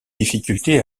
difficultés